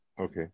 Okay